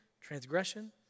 transgression